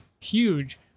huge